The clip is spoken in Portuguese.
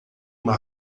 uma